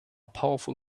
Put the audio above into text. powerful